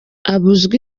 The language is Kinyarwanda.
abuzwa